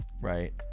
right